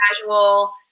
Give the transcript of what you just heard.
casual